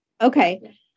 Okay